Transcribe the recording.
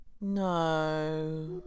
No